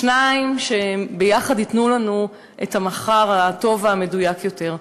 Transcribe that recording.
שניים שביחד ייתנו לנו את המחר הטוב והמדויק יותר.